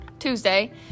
Tuesday